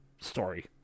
story